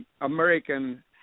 American